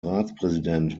ratspräsident